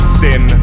sin